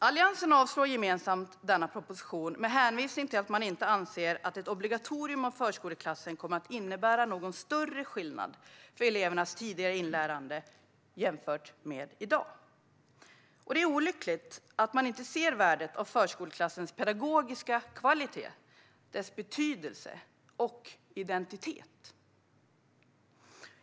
Alliansen avstyrker gemensamt denna proposition med hänvisning till att man inte anser att ett obligatorium för förskoleklassen kommer att innebära någon större skillnad för elevernas tidiga inlärande jämfört med i dag. Det är olyckligt att man inte ser värdet av förskoleklassens pedagogiska kvalitet, betydelse och identitet.